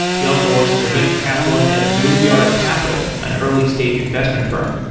he also works as a venture capitalist at blueyard capital, an early stage investment firm.